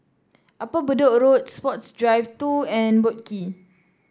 Upper Bedok Road Sports Drive Two and Boat Quay